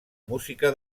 música